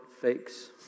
fakes